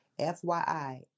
FYI